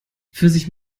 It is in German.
pfirsich